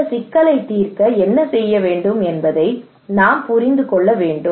இந்த சிக்கலை தீர்க்க என்ன செய்ய வேண்டும் என்பதை நாம் புரிந்து கொள்ள வேண்டும்